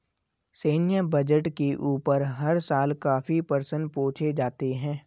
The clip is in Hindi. सैन्य बजट के ऊपर हर साल काफी प्रश्न पूछे जाते हैं